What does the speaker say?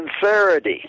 sincerity